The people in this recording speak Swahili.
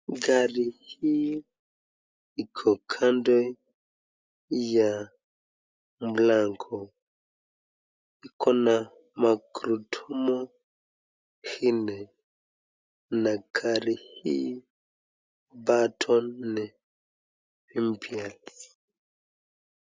Gari hii iko kando ya mlango. Ikona magurudumu nne na gari hii bado ni mpya.